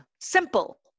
simple